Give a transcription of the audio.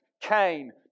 Cain